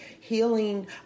Healing